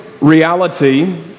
reality